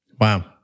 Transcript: Wow